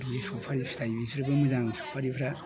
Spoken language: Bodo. आरो बे सुमफ्राम फिथाइ बेफोरबो मोजां सफारिफ्रा